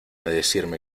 decirme